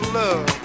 love